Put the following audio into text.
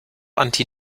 anti